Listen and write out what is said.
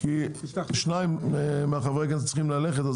שניים מחברי הכנסת צריכים ללכת.